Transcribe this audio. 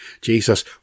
Jesus